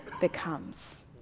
becomes